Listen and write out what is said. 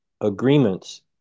agreements